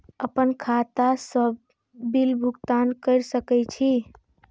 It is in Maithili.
आपन खाता से भी बिल भुगतान कर सके छी?